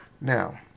Now